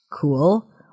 cool